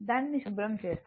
దానిని శుభ్రం చేస్తాను